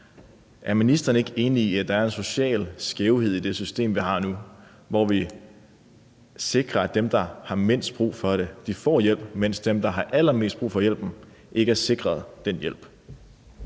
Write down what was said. Er ministeren ikke enig i, at der er en social skævhed i det system, vi har nu, hvor vi sikrer, at dem, der har mindst brug for det, får hjælp, mens dem, der har allermest brug for hjælpen, ikke er sikret den hjælp?